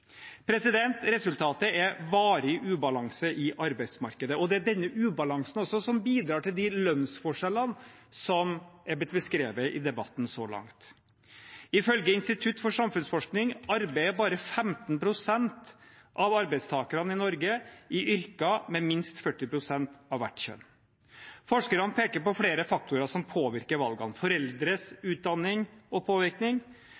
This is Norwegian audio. Resultatet er varig ubalanse i arbeidsmarkedet, og det er denne ubalansen som også bidrar til de lønnsforskjellene som har blitt beskrevet i debatten så langt. Ifølge Institutt for samfunnsforskning arbeider bare 15 pst. av arbeidstakerne i Norge i yrker med minst 40 pst. av hvert kjønn. Forskerne peker på flere faktorer som påvirker valgene: foreldres utdanning og påvirkning,